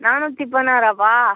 நானூற்றி பதினாறாப்பா